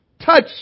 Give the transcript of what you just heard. touch